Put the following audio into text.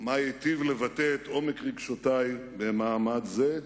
מה ייטיב לבטא את עומק רגשותי במעמד זה,